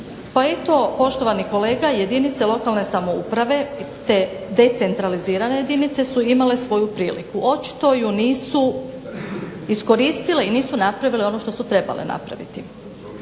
Pa eto poštovani kolega jedinice lokalne samouprave te decentralizirane jedinice su imale svoju priliku. Očito je nisu iskoristile i nisu napravile ono što su trebale napraviti.